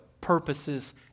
purposes